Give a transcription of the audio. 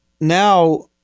Now